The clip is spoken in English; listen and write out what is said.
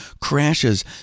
crashes